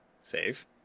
Save